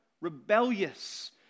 rebellious